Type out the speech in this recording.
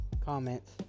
comments